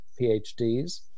PhDs